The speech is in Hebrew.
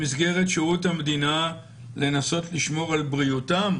במסגרת שירות המדינה לנסות לשמור על בריאותם?